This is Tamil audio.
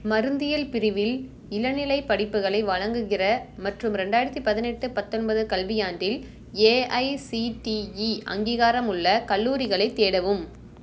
மருந்தியல் பிரிவில் இளநிலைப் படிப்புகளை வழங்குகிற மற்றும் இரண்டாயிரத்தி பதினெட்டு பத்தொன்பது கல்வி ஆண்டில் ஏஐசிடிஇ அங்கீகாரமுள்ள கல்லூரிகளைத் தேடவும்